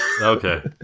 Okay